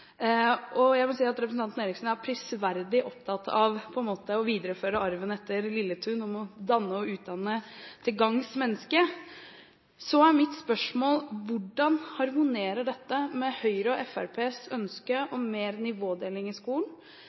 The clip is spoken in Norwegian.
Folkeparti. Jeg vil si at representanten Eriksen er prisverdig opptatt av å videreføre arven etter Lilletun om å danne og utdanne til gangs mennesker. Så er mitt spørsmål: Hvordan harmonerer dette med Høyre og Fremskrittspartiets ønsker om mer nivådeling i skolen,